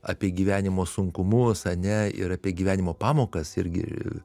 apie gyvenimo sunkumus ane ir apie gyvenimo pamokas irgi